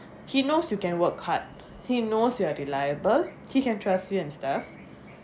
he knows you can work hard he knows you are reliable he can trust you and stuff